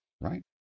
right